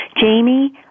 Jamie